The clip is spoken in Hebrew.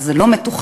הרי זה לא מתוכנן,